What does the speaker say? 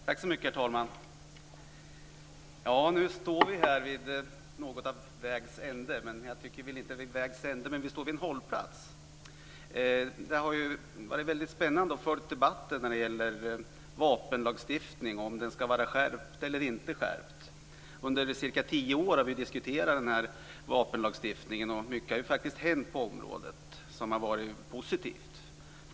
Herr talman! Nu står vi här, vid vad som kan kallas vägs ände. Jag tycker inte att det är vägs ände, men vi står vid en hållplats. Det har varit väldigt spännande att följa debatten när det gäller vapenlagstiftning och om denna ska skärpas eller inte. Under ca 10 år har vi diskuterat denna vapenlagstiftning, och mycket har faktiskt hänt på området som har varit positivt.